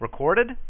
recorded